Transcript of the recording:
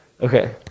Okay